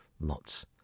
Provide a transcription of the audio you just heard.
lots